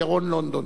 את ירון לונדון,